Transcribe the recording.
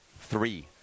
three